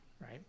Right